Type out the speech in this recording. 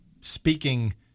speaking